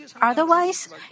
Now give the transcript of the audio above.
Otherwise